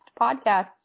podcasts